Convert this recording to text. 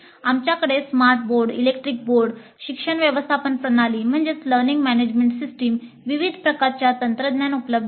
आमच्याकडे smart board electronic board शिक्षण व्यवस्थापन प्रणाली विविध प्रकारच्या तंत्रज्ञान उपलब्ध आहेत